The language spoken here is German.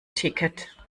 ticket